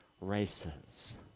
races